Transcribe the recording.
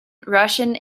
russian